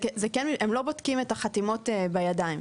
הם לא בודקים את החתימות בידיים.